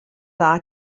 dda